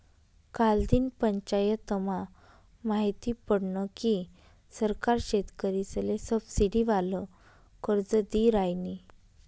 कालदिन पंचायतमा माहिती पडनं की सरकार शेतकरीसले सबसिडीवालं कर्ज दी रायनी